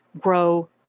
grow